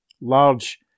large